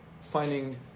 finding